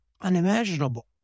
Unimaginable